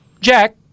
Jack